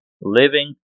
living